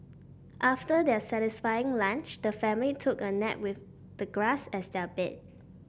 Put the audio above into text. after their satisfying lunch the family took a nap with the grass as their bed